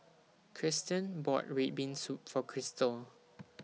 Krysten bought Red Bean Soup For Kristal